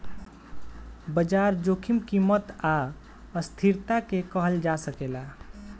बाजार जोखिम कीमत आ अस्थिरता के कहल जा सकेला